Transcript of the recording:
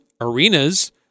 arenas